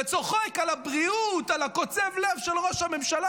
והוא צוחק על הבריאות ועל קוצב הלב של ראש הממשלה